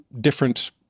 different